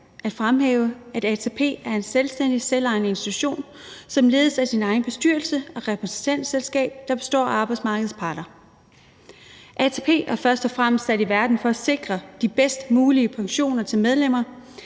at fremhæve, at ATP er en selvstændig, selvejende institution, som ledes af sin egen bestyrelse og et repræsentantskab, der består af arbejdsmarkedets parter. ATP er først og fremmest sat i verden for at sikre de bedst mulige pensioner til medlemmerne.